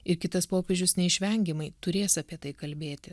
ir kitas popiežius neišvengiamai turės apie tai kalbėti